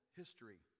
history